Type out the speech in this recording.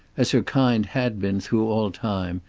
as her kind had been through all time,